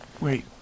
Wait